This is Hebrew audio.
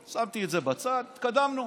שמתי את זה בצד, התקדמנו.